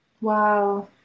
Wow